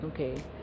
Okay